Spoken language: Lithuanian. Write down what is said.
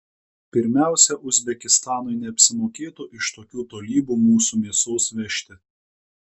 pirmiausia uzbekistanui neapsimokėtų iš tokių tolybių mūsų mėsos vežti